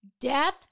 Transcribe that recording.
Death